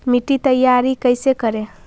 मिट्टी तैयारी कैसे करें?